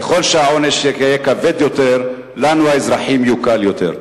ככל שהעונש יהיה כבד יותר, לנו האזרחים יוקל יותר.